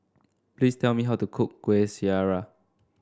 please tell me how to cook Kueh Syara